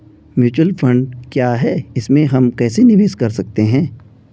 Mutual fund क्या है इसमें हम कैसे निवेश कर सकते हैं?